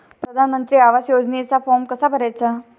प्रधानमंत्री आवास योजनेचा फॉर्म कसा भरायचा?